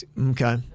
Okay